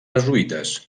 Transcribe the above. jesuïtes